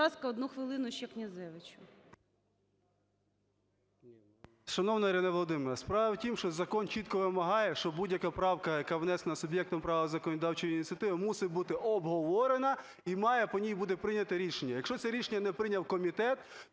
одну хвилину ще Князевич. 16:15:45 КНЯЗЕВИЧ Р.П. Шановна Ірино Володимирівно, справа в тім, що закон чітко вимагає, що будь-яка правка, яка внесена суб'єктом права законодавчої ініціативи, мусить бути обговорена і має по ній бути прийнято рішення. Якщо це рішення не прийняв комітет,